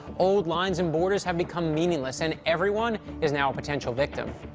old lines and borders have become meaningless, and everyone is now a potential victim.